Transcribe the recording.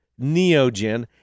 Neogen